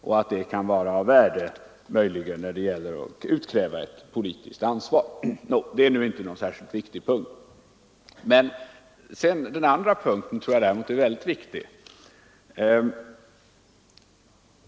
Det kan möjligen vara av värde när det gäller att utkräva ett politiskt ansvar. Men detta är nu inte någon särskilt viktig punkt. Den andra kommentaren gäller en punkt som jag däremot tror är väldigt viktig.